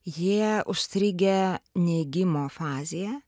jie užstrigę neigimo fazėje